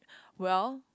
well